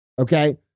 okay